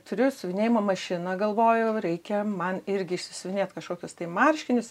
turiu siuvinėjimo mašina galvoju reikia man irgi išsisiuvinėti kažkokius tai marškinius